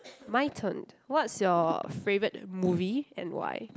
my turn what's your favourite movie and why